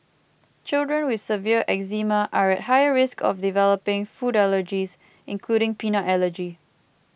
children with severe eczema are at higher risk of developing food allergies including peanut allergy